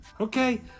Okay